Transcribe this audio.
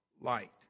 light